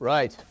Right